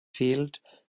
fehlt